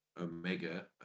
Omega